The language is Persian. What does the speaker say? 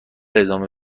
ادامه